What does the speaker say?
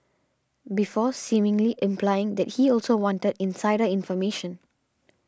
before seemingly implying that he also wanted insider information